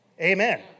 Amen